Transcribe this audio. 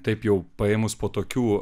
taip jau paėmus po tokių